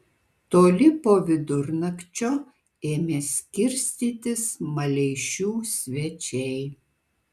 toli po vidurnakčio ėmė skirstytis maleišių svečiai